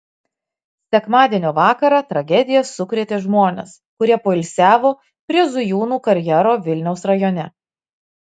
sekmadienio vakarą tragedija sukrėtė žmones kurie poilsiavo prie zujūnų karjero vilniaus rajone